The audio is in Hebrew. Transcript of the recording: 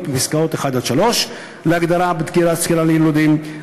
בפסקאות (1) עד (3) להגדרה 'בדיקת סקירה ליילודים',